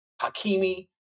Hakimi